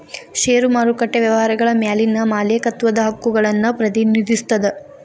ಷೇರು ಮಾರುಕಟ್ಟೆ ವ್ಯವಹಾರಗಳ ಮ್ಯಾಲಿನ ಮಾಲೇಕತ್ವದ ಹಕ್ಕುಗಳನ್ನ ಪ್ರತಿನಿಧಿಸ್ತದ